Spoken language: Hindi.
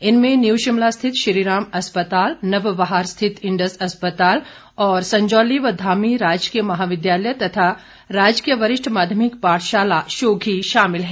इनमें न्यू शिमला स्थित श्रीराम अस्पताल नवबहार स्थित इंडस अस्पताल और संजौली व धामी राजकीय महाविद्यालय तथा राजकीय वरिष्ठ माध्यमिक पाठशाला शोघी शामिल हैं